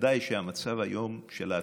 בוודאי שהמצב היום של העצמאים,